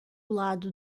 lado